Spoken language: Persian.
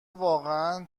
واقعا